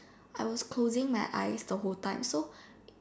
I was closing my eyes the whole time so